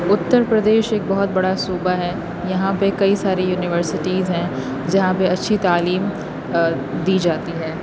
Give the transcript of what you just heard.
اتر پردیش ایک بہت بڑا صوبہ ہے یہاں پہ کئی ساری یونیورسٹیز ہیں جہاں پہ اچھی تعلیم دی جاتی ہے